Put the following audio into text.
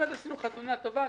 באמת עשינו חתונה טובה.